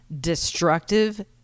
destructive